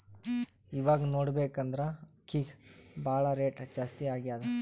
ಇವಾಗ್ ನೋಡ್ಬೇಕ್ ಅಂದ್ರ ಅಕ್ಕಿಗ್ ಭಾಳ್ ರೇಟ್ ಜಾಸ್ತಿ ಆಗ್ಯಾದ